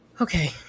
Okay